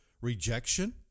rejection